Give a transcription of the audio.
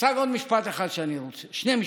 יש רק עוד משפט אחד שאני רוצה, שני משפטים: